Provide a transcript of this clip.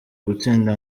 gutsinda